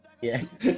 Yes